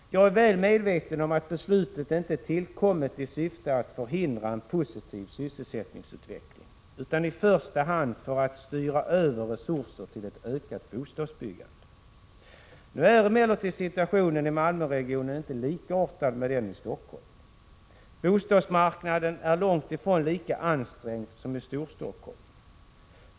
Jag är väl medveten om att beslutet inte är tillkommet i syfte att förhindra en positiv sysselsättningsutveckling, utan i första hand för att styra över resurser till ett ökat bostadsbyggande. Nu är emellertid situationen i Malmöregionen inte lik den i Stockholm. Bostadsmarknaden är långt ifrån lika ansträngd där som i Storstockholm.